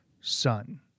son